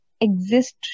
exist